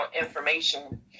information